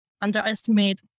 underestimate